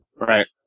Right